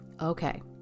Okay